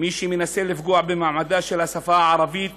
מי שמנסה לפגוע במעמדה של השפה הערבית